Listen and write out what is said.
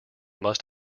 must